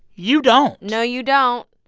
you don't no, you don't.